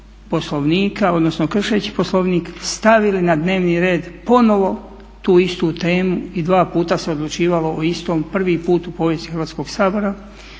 poslovnika odnosno kršeći poslovnik stavili na dnevni red ponovo tu istu temu i dva puta se odlučivalo o istom, prvi puta u povijesti Hrvatskog sabora,